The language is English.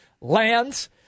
lands